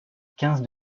quinze